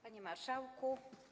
Panie Marszałku!